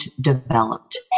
developed